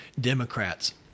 Democrats